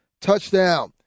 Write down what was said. touchdown